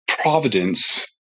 providence